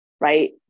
right